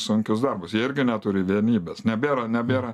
sunkius darbus jie irgi neturi vienybės nebėra nebėra